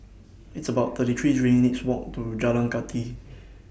It's about thirty three minutes' Walk to Jalan Kathi